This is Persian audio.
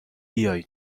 بیای